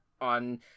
on